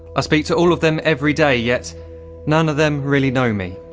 speak to all of them everyday, yet none of them really know me.